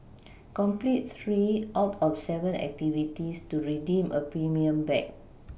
complete three out of seven activities to redeem a premium bag